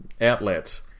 outlet